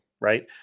right